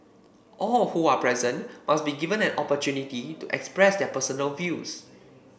all who are present must be given an opportunity to express their personal views